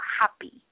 happy